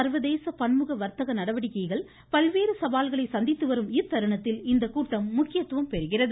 சர்வதேச பன்முக வர்த்தக நடவடிக்கைகள் பல்வேறு சவால்களை சந்தித்து வரும் இத்தருணத்தில் இந்த கூட்டம் முக்கியத்துவம் பெறுகிறது